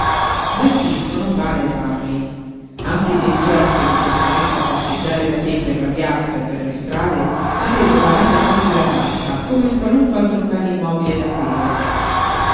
ma il fisco non bada ai tarli anche se il chiosco si fosse messo a passeggiare da sé per la piazza e per le strade avrebbe pagato sempre la tassa come un qualunque altro bene immobile davvero